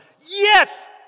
yes